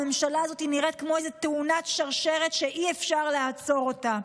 הממשלה הזאת נראית כמו איזה תאונת שרשרת שאי-אפשר לעצור אותה.